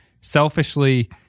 selfishly